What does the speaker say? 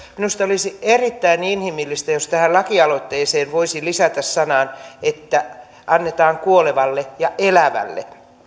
minusta olisi erittäin inhimillistä jos tähän lakialoitteeseen voisi lisätä sanan niin että annetaan kuolevalle ja elävälle